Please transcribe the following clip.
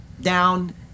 down